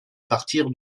partir